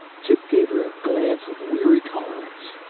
chip gave her a glance of weary tolerance.